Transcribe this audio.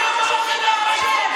ארבע שנים עד שהעברנו את החוק הזה,